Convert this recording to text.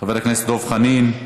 חבר הכנסת דב חנין,